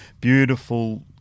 beautiful